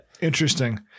Interesting